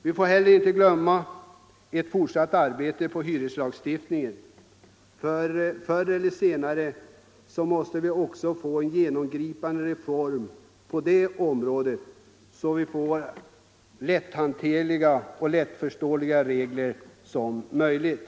Vi får inte heller glömma ett fortsatt arbete på hyreslagstiftningens område. Förr eller senare måste vi också få en genomgripande reform på det området, så att det blir så lätthanterliga och så lättförståeliga regler som möjligt.